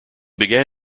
began